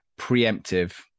preemptive